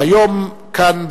היום מציינים אנו כאן בכנסת,